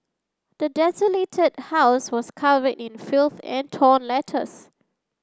the desolated house was covered in filth and torn letters